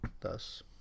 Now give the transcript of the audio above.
Thus